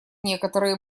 некоторые